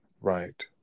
Right